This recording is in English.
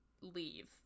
leave